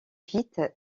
vite